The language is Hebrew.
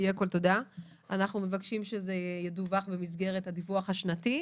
ידווח במסגרת הדיווח השנתי.